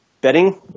betting